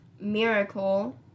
miracle